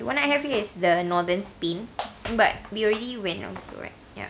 the one I have here is the northern spain but we already whe~ I'm correct ya